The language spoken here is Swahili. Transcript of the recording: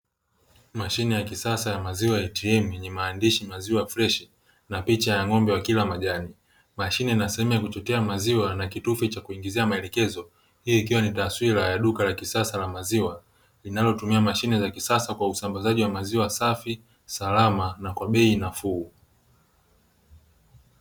Mashine ya kisasa ya maziwa "ATM" yenye maandishi maziwa freshi na picha ya ng'ombe wakila majani mashine ina sehemu ya kuchotea maziwa na kitufe cha kuingizia maelekezo, hii ikiwa ni taswira ya duka la kisasa la maziwa linalotumia mashine za kisasa kwa usambazaji wa maziwa safi, salama na kwa bei nafuu.